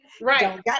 Right